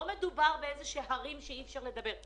לא מדובר באיזה שהם הרים שאי אפשר לדבר איתם.